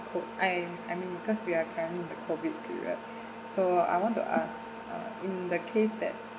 I I mean because we are currently in the COVID period so I want to ask uh in the case that